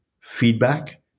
feedback